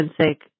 sake